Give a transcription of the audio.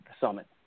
summit